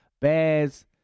Baz